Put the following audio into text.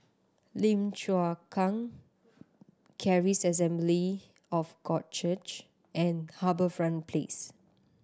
Lim Chu Kang Charis Assembly of God Church and HarbourFront Place